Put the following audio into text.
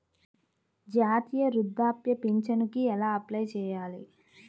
జాతీయ వృద్ధాప్య పింఛనుకి ఎలా అప్లై చేయాలి?